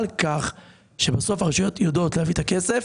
כך שבסוף הרשויות יודעות להביא את הכסף.